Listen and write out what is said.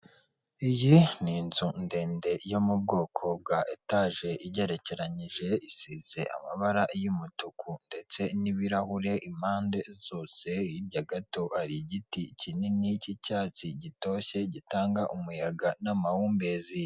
Iyi ni inzu ndende yo mu bwoko bwa etaje igerekeranyije, isize amabara y'umutuku ndetse n'ibirahure impande zose, hirya gato hari igiti kinini cy'icyatsi gitoshye, gitanga umuyaga n'amahumbezi.